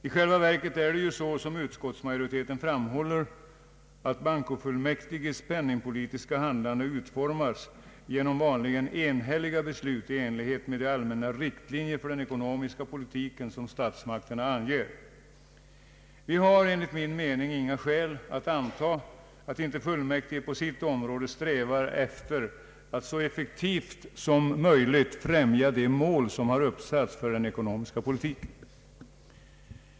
I själva verket är det så, som utskottsmajoriteten framhåller, att bankofullmäktiges penningpolitiska handlande utformas genom vanligen enhälliga beslut i enlighet med de allmänna riktlinjer för den ekonomiska politiken som statsmakterna anger. Vi har enligt min mening inga skäl att anta att inte fullmäktige på sitt område strävar efter att så effektivt som möjligt främja de mål som har uppsatts för den ekonomiska politiken.